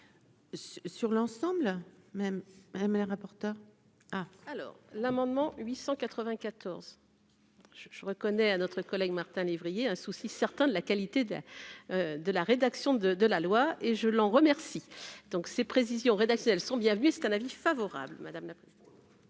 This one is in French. Sur l'ensemble, même ma mère important. Alors l'amendement 894 je reconnais à notre collègue Martin lévrier un souci certain de la qualité de de la rédaction de de la loi et je l'en remercie donc ces précisions rédactionnelles sont bienvenues, c'est un avis favorable, madame. Et